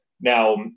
Now